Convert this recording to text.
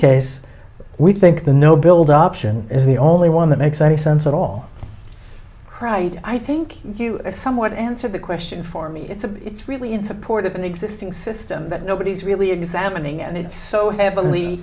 case we think the no build option is the only one that makes any sense at all cried i think you somewhat answered the question for me it's a it's really in support of an existing system that nobody's really examining and it's so heav